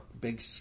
big